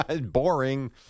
Boring